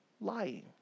lying